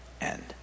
end